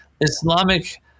Islamic